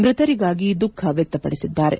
ಮೃತರಿಗಾಗಿ ದುಃಖ ವ್ಯಕ್ತಪಡಿಸಿದ್ದಾರೆ